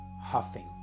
huffing